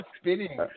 spinning